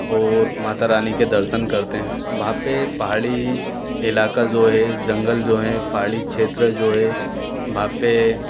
और मातारानी के दर्शन करते हैं वहाँ पे पहाड़ी इलाका ज़ो है ज़ंगल जो है पहाड़ी क्षेत्र जो है वहाँ पे